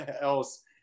else